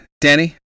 Danny